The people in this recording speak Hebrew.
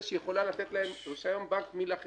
שהיא יכולה לתת להם רישיון בנק מלכתחילה.